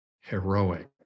heroic